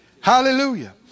Hallelujah